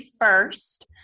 first